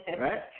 right